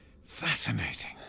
Fascinating